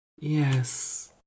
Yes